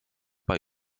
bei